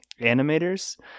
animators